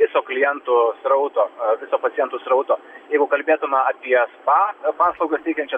viso klientų srauto viso pacientų srauto jeigu kalbėtume apie spa paslaugas teikiančias